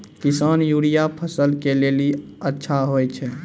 किसान यूरिया फसल के लेली अच्छा होय छै?